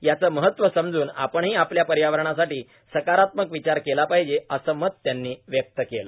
याचं महत्व समजून आपणही आपल्या पर्यावरणासाठी सकारात्मक विचार केला पाहिजे असं मत त्यांनी व्यक्त केलं